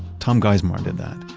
tom geismar did that.